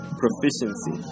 proficiency